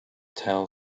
tell